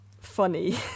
funny